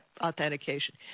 authentication